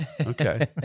Okay